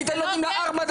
הייתם נותנים לה ארבע דקות,